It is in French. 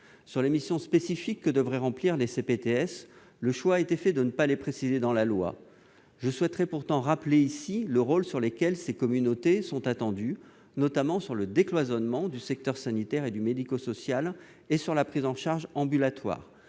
Sur les missions spécifiques que devraient remplir les CPTS, le choix a été fait de ne pas les préciser dans la loi. Je souhaiterais pourtant rappeler les rôles sur lesquels ces communautés sont attendues, notamment en matière de décloisonnement des secteurs sanitaire et médico-social et de prise en charge ambulatoire.